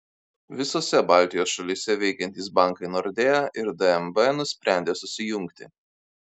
visose baltijos šalyse veikiantys bankai nordea ir dnb nusprendė susijungti